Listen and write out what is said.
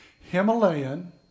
Himalayan